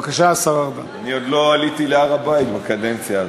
אני עוד לא עליתי להר-הבית בקדנציה הזאת.